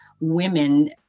women